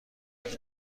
جای